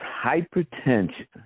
hypertension